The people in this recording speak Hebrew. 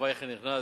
הרב אייכלר נכנס,